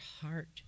heart